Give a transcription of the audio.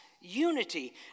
unity